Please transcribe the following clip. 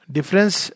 Difference